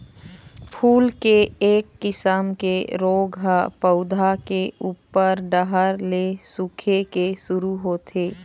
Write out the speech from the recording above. फूल के एक किसम के रोग ह पउधा के उप्पर डहर ले सूखे के शुरू होथे